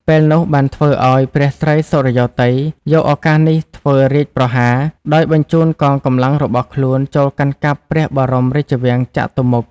ពេលនោះបានធ្វើឱ្យ ព្រះស្រីសុរិយោទ័យ យកឱកាសនេះធ្វើរាជប្រហារ ដោយបញ្ចូនកងកម្លាំងរបស់ខ្លួនចូលកាន់កាប់ ព្រះបរមរាជវាំងចតុមុខ ។